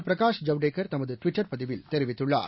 பிரகாஷ் ஜவ்டேகர் தமதுட்விட்டர் பதிவில் தெரிவித்துள்ளார்